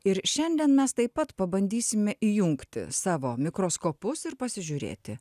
ir šiandien mes taip pat pabandysime įjungti savo mikroskopus ir pasižiūrėti